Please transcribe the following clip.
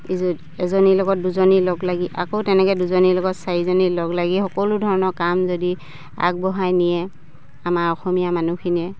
ই এজনীৰ লগত দুজনী লগ লাগি আকৌ তেনেকে দুজনীৰ লগত চাৰিজনী লগ লাগি সকলো ধৰণৰ কাম যদি আগবঢ়াই নিয়ে আমাৰ অসমীয়া মানুহখিনিয়ে